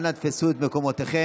אנא תפסו את מקומותיכם.